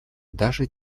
даже